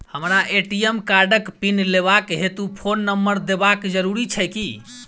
हमरा ए.टी.एम कार्डक पिन लेबाक हेतु फोन नम्बर देबाक जरूरी छै की?